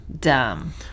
Dumb